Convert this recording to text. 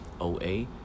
OA